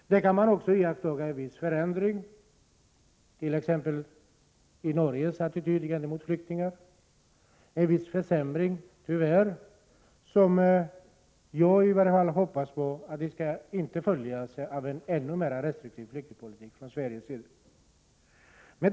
Tyvärr kan man också iaktta en viss försämring i t.ex. Norges attityd gentemot flyktingar, vilken jag hoppas inte skall följas av en ännu mera restriktiv flyktingpolitik från Sveriges sida.